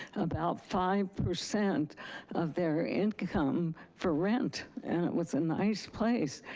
about five percent of their income for rent. and it was a nice place.